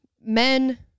men